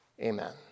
Amen